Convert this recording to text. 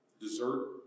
dessert